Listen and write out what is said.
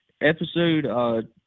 Episode